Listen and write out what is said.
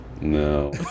no